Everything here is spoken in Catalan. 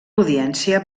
audiència